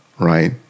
Right